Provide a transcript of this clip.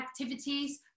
activities